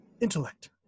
Intellect